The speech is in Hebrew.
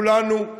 כולנו,